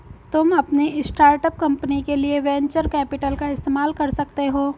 तुम अपनी start up company के लिए वेन्चर कैपिटल का इस्तेमाल कर सकते हो